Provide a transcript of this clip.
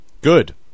Good